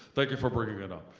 thank you for bringing it up,